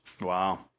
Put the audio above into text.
Wow